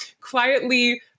quietly